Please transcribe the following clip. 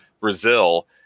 brazil